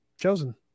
chosen